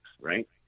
right